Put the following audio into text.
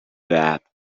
that